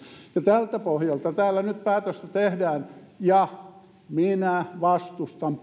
eduskunnan jäsen tältä pohjalta täällä nyt päätöstä tehdään ja minä vastustan